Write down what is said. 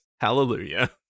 Hallelujah